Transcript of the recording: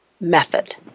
method